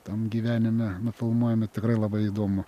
tam gyvenime nufilmuojami tikrai labai įdomu